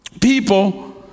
people